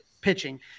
pitching